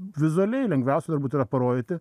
vizualiai lengviausia turbūt yra parodyti